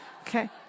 Okay